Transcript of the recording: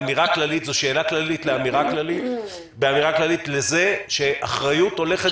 זאת שאלה כללית לאמירה כללית לכך שאחריות הולכת